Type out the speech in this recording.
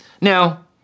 Now